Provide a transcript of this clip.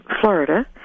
Florida